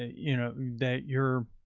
you know, that you're.